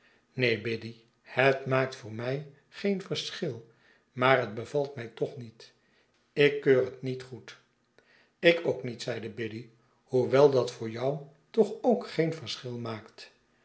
neen biddy het maakt voor mij geen verschil maar het bevalt mij toch niet ik keur het niet goed ik ook niet zeide biddy hoewel dat voor jou toch ook geen verschil